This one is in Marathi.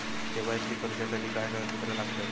के.वाय.सी करूच्यासाठी काय कागदपत्रा लागतत?